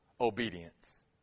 obedience